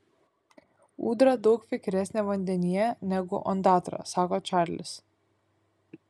ūdra daug vikresnė vandenyje negu ondatra sako čarlis